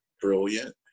brilliant